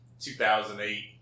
2008